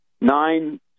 nine